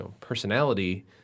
personality